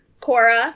Cora